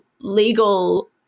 legal